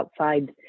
outside